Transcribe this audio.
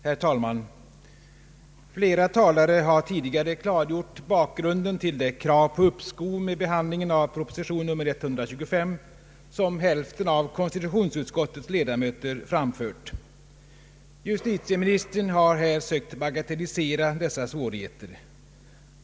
Herr talman! Flera talare har tidigare klargjort bakgrunden till det krav på uppskov med behandlingen av proposition nr 125 som hälften av konstitutionsutskottets ledamöter framfört. Justitieministern har här sökt bagatellisera dessa svårigheter.